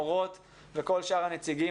מורות וכל שאר הנציגים,